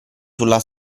sulla